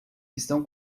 estão